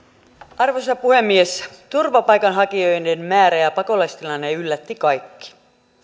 arvoisa puhemies turvapaikanhakijoiden määrä ja pakolaistilanne yllätti kaikki